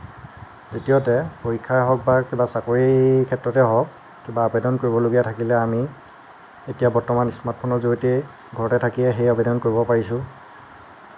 দ্বিতীয়তে পৰীক্ষা হওঁক বা কিবা চাকৰীৰ ক্ষেত্ৰতে হওঁক কিবা আবেদন কৰিবলগীয়া থাকিলে আমি এতিয়া বৰ্তমান স্মাৰ্টফোনৰ জড়িয়তেই ঘৰতে থাকিয়েই সেই আবেদন কৰিব পাৰিছোঁ